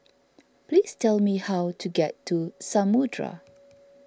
please tell me how to get to Samudera